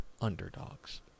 underdogs